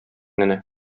генә